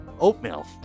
oatmeal